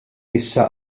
issa